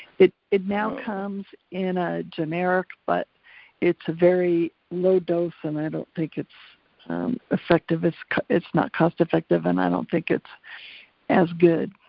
it it now comes in a generic, but it's a very low dose and i don't think it's effective, it's it's not cost effective and i don't think it's as good.